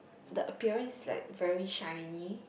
the appearance is like very shiny